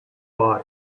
body